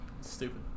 Stupid